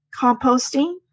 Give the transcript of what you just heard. composting